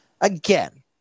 Again